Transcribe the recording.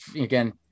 again